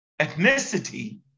ethnicity